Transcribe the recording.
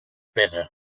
better